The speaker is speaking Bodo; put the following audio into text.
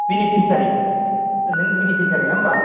बिनिफिसारि नों बिनिफिसारि नङा होम्बा